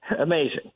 Amazing